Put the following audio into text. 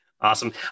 Awesome